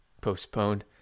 postponed